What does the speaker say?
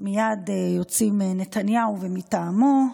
מייד יוצא נתניהו, ומטעמו: